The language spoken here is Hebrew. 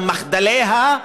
גם מחדליה,